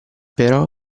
però